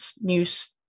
news